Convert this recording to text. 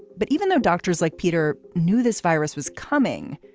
but even though doctors like peter knew this virus was coming,